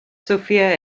sophia